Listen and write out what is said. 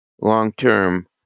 long-term